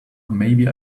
maybe